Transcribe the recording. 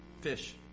fish